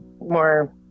more